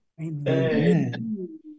Amen